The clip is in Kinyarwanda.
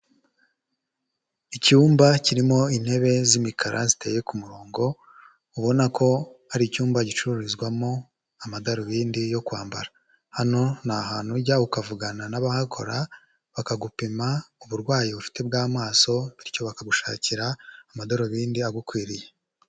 Icyumba kirimo intebe z'imikara ziteye ku murongo, ubona ko ari icyumba gicururizwamo amadarubindi yo kwambara. Hano ni ahantu ujya ukavugana n'abahakora bakagupima uburwayi ufite bw'amaso bityo bakabushakira amadarubindi agukwiriye.